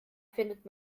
findet